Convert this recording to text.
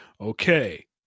okay